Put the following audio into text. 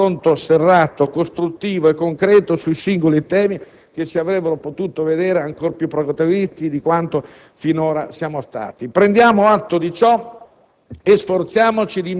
preferendolo al confronto serrato, costruttivo e concreto sui singoli temi che avrebbero potuto vederci ancora più protagonisti di quanto finora siamo stati. Prendiamo atto di ciò